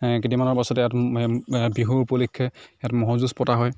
কেইদিনমানৰ পাছতে ইয়াত বিহুৰ উপলক্ষে ইয়াত ম'হৰ যুঁজ পতা হয়